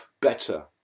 better